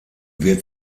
wird